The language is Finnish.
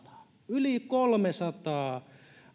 yli kolmesataa